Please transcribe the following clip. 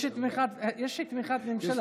של חברי הכנסת יעקב אשר, משה גפני, אורי מקלב.